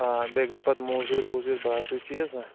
آ بیٚیہِ گٔے پَتہٕ موزوٗرۍ ؤزوٗرۍ باقٕے چیٖز نہ